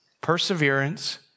perseverance